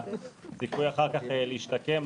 הסיכוי אחר כך להשתקם,